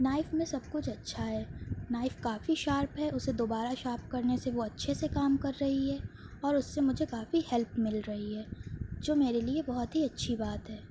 knife میں سب کچھ اچھا ہے نائف کافی شارپ ہے اسے دوبارہ شارپ کرنے سے وہ اچھے سے کام کررہی ہے اور اس سے مجھے کافی ہیلپ مل رہی ہے جو میرے لیے بہت ہی اچھی بات ہے